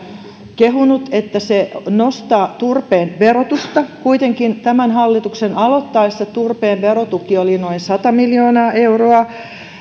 kehunut että se nostaa turpeen verotusta kuitenkin tämän hallituksen aloittaessa turpeen verotuki oli noin sata miljoonaa euroa